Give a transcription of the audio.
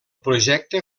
projecte